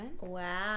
Wow